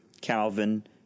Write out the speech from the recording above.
Calvin